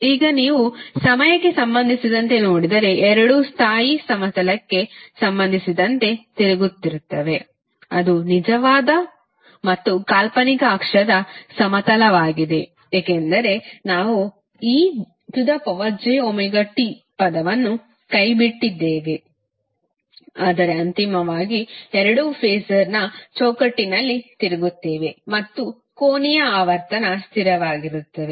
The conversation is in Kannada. ಈಗ ನೀವು ಸಮಯಕ್ಕೆ ಸಂಬಂಧಿಸಿದಂತೆ ನೋಡಿದರೆ ಎರಡೂ ಸ್ಥಾಯಿ ಸಮತಲಕ್ಕೆ ಸಂಬಂಧಿಸಿದಂತೆ ತಿರುಗುತ್ತಿರುತ್ತವೆ ಅದು ನಿಜವಾದ ಮತ್ತು ಕಾಲ್ಪನಿಕ ಅಕ್ಷದ ಸಮತಲವಾಗಿದೆ ಏಕೆಂದರೆ ನಾವು ejωt ಪದವನ್ನು ಕೈಬಿಟ್ಟಿದ್ದೇವೆ ಆದರೆ ಅಂತಿಮವಾಗಿ ಎರಡೂ ಫಾಸರ್ ಚೌಕಟ್ಟಿನಲ್ಲಿ ತಿರುಗುತ್ತಿವೆ ಮತ್ತು ಕೋನೀಯ ಆವರ್ತನ ಸ್ಥಿರವಾಗಿರುತ್ತದೆ